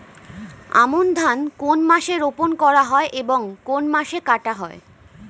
আমন ধান কোন মাসে রোপণ করা হয় এবং কোন মাসে কাটা হয়?